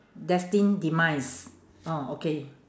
destined demise oh okay